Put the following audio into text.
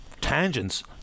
tangents